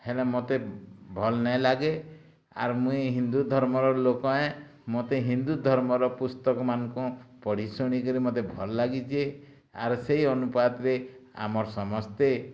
ହେଲେ ମୋତେ ଭଲ୍ ନାଇଁ ଲାଗେ ଆର୍ ମୁଇଁ ହିନ୍ଦୁଧର୍ମର ଲୋକ ହେଁ ମୋତେ ହିନ୍ଦୁଧର୍ମର ପୁସ୍ତକ ମାନଙ୍କୁ ପଢ଼ି ଶୁଣି କରିକି ମୋତେ ମୋତେ ଭଲ୍ ଲାଗିଛି ଆର୍ ସେଇ ଅନୁପାତରେ ଆମର ସମସ୍ତେ